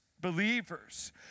believers